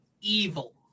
evil